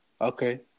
Okay